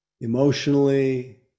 emotionally